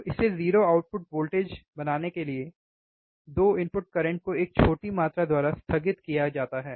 तो इसे 0 output voltage बनाने के लिए 2 इनपुट करंट को एक छोटी मात्रा द्वारा स्थगित किया जाता है